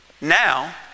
Now